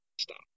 stop